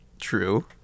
true